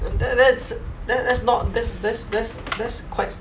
th~ that's that that's not that's that's that's quite